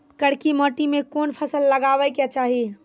करकी माटी मे कोन फ़सल लगाबै के चाही?